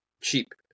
Cheap